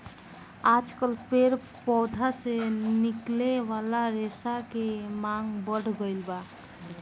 आजकल पेड़ पौधा से निकले वाला रेशा के मांग बढ़ गईल बा